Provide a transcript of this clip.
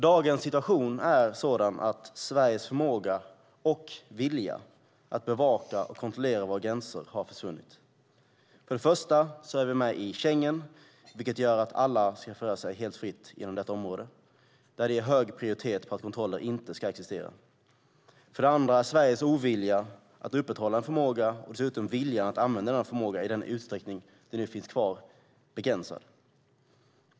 Dagens situation är sådan att Sveriges förmåga och vilja att bevaka och kontrollera våra gränser har försvunnit. För det första är vi med i Schengen, vilket gör att alla ska få röra sig helt fritt inom det området, där det är hög prioritet på att kontroller inte ska existera. För det andra är Sveriges vilja att upprätthålla en förmåga och dessutom viljan att använda denna förmåga - i den utsträckning den nu finns kvar - begränsad.